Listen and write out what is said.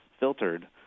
filtered